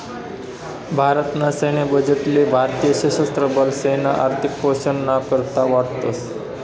भारत ना सैन्य बजेट ले भारतीय सशस्त्र बलेसना आर्थिक पोषण ना करता वाटतस